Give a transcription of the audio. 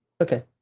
okay